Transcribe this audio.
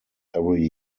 every